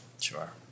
Sure